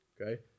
Okay